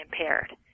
impaired